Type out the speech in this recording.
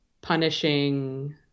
punishing